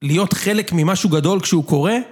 להיות חלק ממשהו גדול כשהוא קורה?